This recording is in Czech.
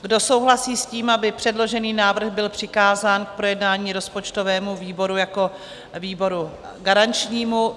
Kdo souhlasí s tím, aby předložený návrh byl přikázán k projednání rozpočtovému výboru jako výboru garančnímu?